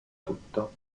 tutto